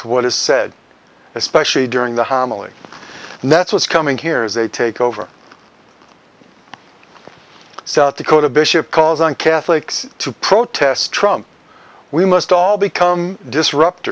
to what is said especially during the homily and that's what's coming here is a takeover of south dakota bishop calls on catholics to protest trump we must all become disrupt